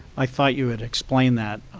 i thought you had explained that.